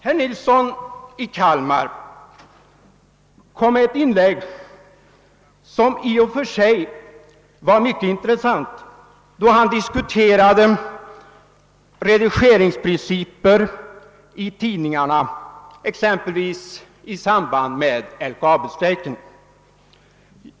Herr Nilssons i Kalmar inlägg var i och för sig mycket intressant, då han diskuterade redigeringsprinciper i radio, TV och tidningarna, exempelvis i samband med LKAB-strejken.